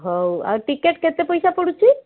ହଉ ଆଉ ଟିକେଟ୍ କେତେ ପଇସା ପଡ଼ୁଛି